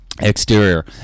Exterior